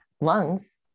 lungs